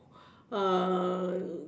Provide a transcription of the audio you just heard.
uh